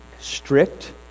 Strict